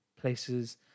places